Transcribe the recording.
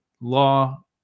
law